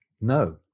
no